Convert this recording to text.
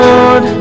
Lord